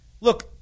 look